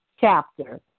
chapter